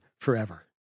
forever